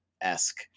esque